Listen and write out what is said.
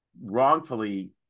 wrongfully